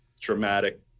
dramatic